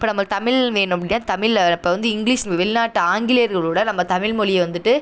இப்ப நம்மளுக்கு தமிழ் வேணும் அப்படின்னா தமிழில் இப்போ வந்து இங்கிலீஷ் வெளிநாட்டு ஆங்கிலேயர்களோடு நம்ம தமிழ் மொழிய வந்துட்டு